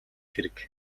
хэрэг